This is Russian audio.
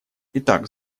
итак